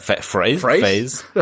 phrase